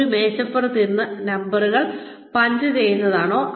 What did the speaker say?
അത് ഒരു മേശപ്പുറത്ത് ഇരുന്നു നമ്പറുകൾ പഞ്ച് ചെയ്യുന്നതാണോ